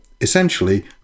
essentially